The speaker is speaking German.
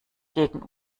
gegen